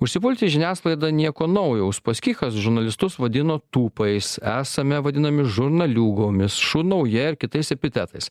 užsipulti žiniasklaidą nieko naujo uspaskichas žurnalistus vadino tūpais esame vadinami žurnaliūgomis šunauja ir kitais epitetais